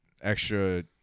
extra